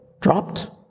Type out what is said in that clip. dropped